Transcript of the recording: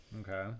Okay